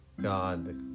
God